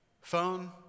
phone